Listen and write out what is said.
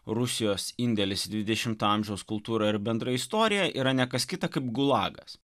rusijos indėlis į dvidešimto amžiaus kultūrą ir bendrą istoriją yra ne kas kita kaip gulagas